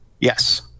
Yes